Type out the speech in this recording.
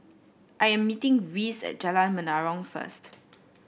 I am meeting Reece at Jalan Menarong first